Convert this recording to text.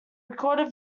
recorded